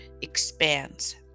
expands